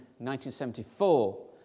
1974